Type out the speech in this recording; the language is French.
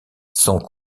sont